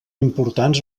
importants